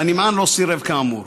והנמען לא סירב כאמור.